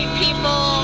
people